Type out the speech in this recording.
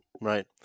right